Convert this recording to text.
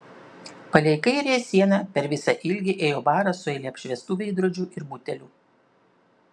palei kairiąją sieną per visą ilgį ėjo baras su eile apšviestų veidrodžių ir butelių